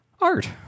art